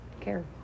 care